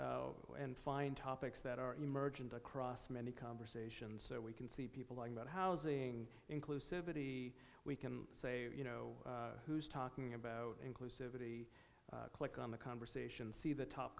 and find topics that are emergent across many conversations so we can see people going about housing inclusive body we can say you know who's talking about inclusive of the click on the conversation see the top